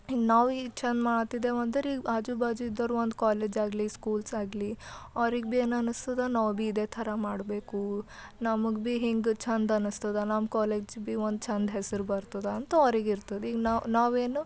ಇನ್ನು ನಾವು ಈಗ ಚೆಂದ ಮಾಡುತ್ತಿದ್ದೇವು ಅಂದರೀಗ ಆಜು ಬಾಜು ಇದ್ದವರು ಒಂದು ಕಾಲೇಜ್ ಆಗಲಿ ಸ್ಕೂಲ್ಸ್ ಆಗಲಿ ಅವ್ರಿಗೆ ಭೀ ಏನನಿಸ್ತದೆ ನಾವು ಭೀ ಇದೆ ಈ ಥರ ಮಾಡಬೇಕು ನಮಗೆ ಭೀ ಹಿಂಗೆ ಚಂದ ಅನಿಸ್ತದೆ ನಮ್ಮ ಕಾಲೇಜ್ ಭೀ ಒಂದು ಚೆಂದ ಹೆಸ್ರು ಬರ್ತದೆ ಅಂತ ಅವ್ರಿಗೆ ಇರ್ತದೆ ಈಗ ನಾವು ನಾವೇನು